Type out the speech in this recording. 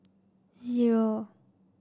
zero